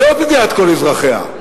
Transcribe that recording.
זאת מדינת כל אזרחיה.